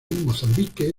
mozambique